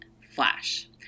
flash